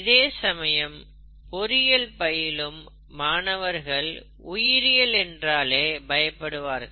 இதேசமயம் பொறியியல் பயிலும் மாணவர்கள் உயிரியல் என்றாலே பயப்படுவார்கள்